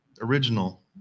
original